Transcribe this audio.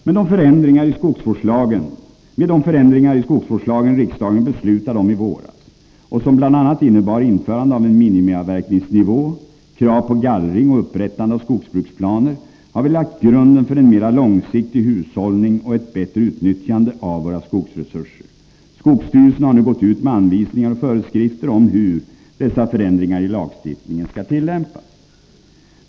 Med de förändringar i skogsvårdslagen riksdagen beslutade om i våras, som bl.a. innebar införande av en minimiavverkningsnivå och krav på gallring och upprättande av skogsbruksplaner, har vi lagt grunden för en mera långsiktig hushållning och ett bättre utnyttjande av våra skogsresurser. Skogsstyrelsen har nu gått ut med anvisningar och föreskrifter om hur dessa förändringar i lagstiftningen skall tillämpas.